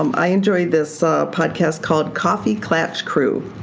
um i enjoy this podcast called coffee klatch crew.